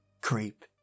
creep